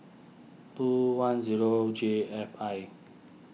two one zero J F I